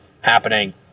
happening